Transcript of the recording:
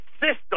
system